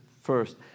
first